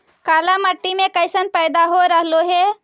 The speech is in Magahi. काला मिट्टी मे कैसन पैदा हो रहले है?